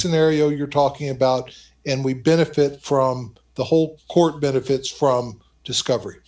scenario you're talking about and we benefit from the whole court benefits from discover